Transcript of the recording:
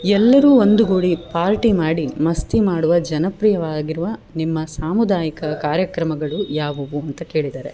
ಎಲ್ಲರು ಒಂದು ಗೂಡಿ ಪಾರ್ಟಿ ಮಾಡಿ ಮಸ್ತಿ ಮಾಡುವ ಜನಪ್ರಿಯವಾಗಿರುವ ನಿಮ್ಮ ಸಾಮುದಾಯಿಕ ಕಾರ್ಯಕ್ರಮಗಳು ಯಾವುವು ಅಂತ ಕೇಳಿದಾರೆ